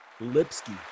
Lipsky